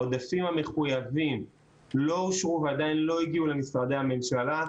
העודפים המחויבים לא אושרו ועדיין לא הגיעו למשרדי הממשלה.